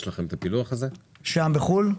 שם בחו"ל?